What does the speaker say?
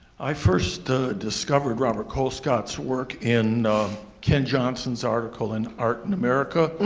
i first discovered robert colescott's work in ken johnson's article in art in america.